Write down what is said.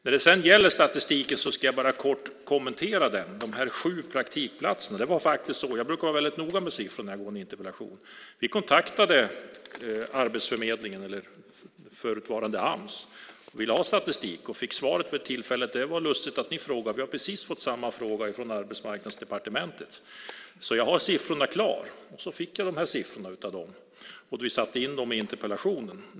Jag ska kort kommentera statistiken när det gäller de sju praktikplatserna. Jag brukar vara väldigt noga med siffrorna i en interpellation. Vi kontaktade Arbetsförmedlingen, eller förutvarande Ams, och ville ha statistik. Vi fick svaret vid det tillfället: "Det var lustigt att ni frågar. Vi har precis fått samma fråga från Arbetsmarknadsdepartementet, så jag har siffrorna klara." Jag fick de här siffrorna av dem, och vi satte in dem i interpellationen.